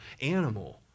animal